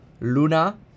Luna